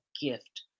gift